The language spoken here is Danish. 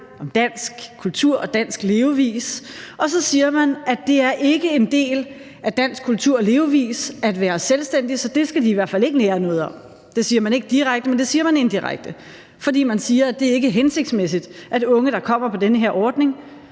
om dansk kultur og dansk levevis, og så siger man, at det ikke er en del af dansk kultur og levevis at være selvstændig, så det skal de i hvert fald ikke lære noget om. Det siger man ikke direkte, men det siger man indirekte, fordi man siger, at det ikke er hensigtsmæssigt, at unge, der kommer på den her ordning,